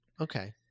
Okay